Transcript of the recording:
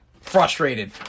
frustrated